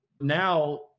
Now